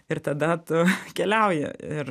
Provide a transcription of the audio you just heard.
ir tada tu keliauji ir